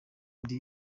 ndi